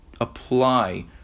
apply